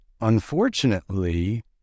unfortunately